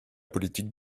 politique